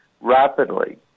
rapidly